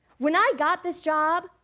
when i got this job,